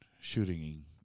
shooting